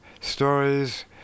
stories